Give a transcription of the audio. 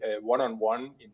one-on-one